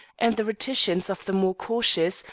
and the reticence of the more cautious,